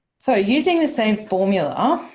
so using the same formula,